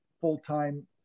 full-time